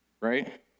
right